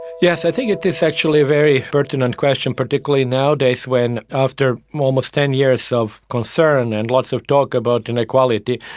yes, i think it is actually a very pertinent question, particularly nowadays when after almost ten years of concern and lots of talk about inequality,